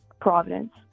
Providence